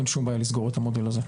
אין כל בעיה לסגור את המודל הזה.